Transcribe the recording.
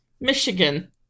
Michigan